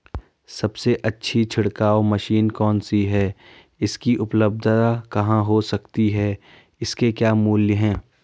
सबसे अच्छी छिड़काव मशीन कौन सी है इसकी उपलधता कहाँ हो सकती है इसके क्या मूल्य हैं?